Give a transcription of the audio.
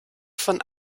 von